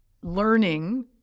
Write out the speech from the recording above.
learning